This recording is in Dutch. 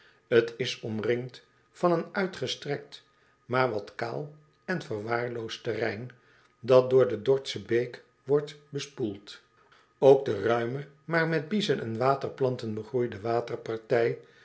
t is omringd van een uitgestrekt maar wat kaal en verwaarloosd terrein dat door de dorthsche beek wordt bespoeld ook de ruime maar met biezen en waterplanten begroeide waterpartij